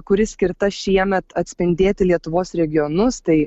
kuri skirta šiemet atspindėti lietuvos regionus tai